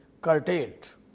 curtailed